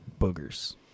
boogers